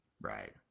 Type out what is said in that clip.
Right